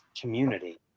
community